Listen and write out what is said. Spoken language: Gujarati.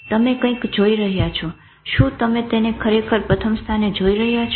તમે કંઈક જોઈ રહ્યા છો શું તમે તેને ખરેખર પ્રથમ સ્થાને જોઈ રહ્યા છો